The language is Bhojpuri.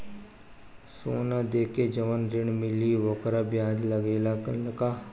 सोना देके जवन ऋण मिली वोकर ब्याज लगेला का?